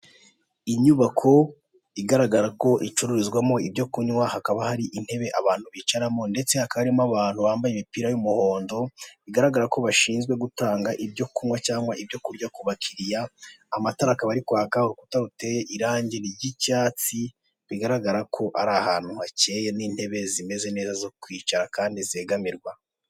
Inyubako igaragara ko icururizwamo ibyo kunywa hakaba hari intebe abantu bicaraho ndetse hakaba harimo abantu bambaye imipira y'umuhondo bigaragara ko bashinzwe gutanga ibyo kunywa cyangwa ibyo kurya ku bakiriya amatara akaba ari kwaka ku rukuta ruteye irange ry'icyatsi bigaragara ko ari ahantu hacyeye n'intebe zimeze neza zo kwicara kandi zegamirwa.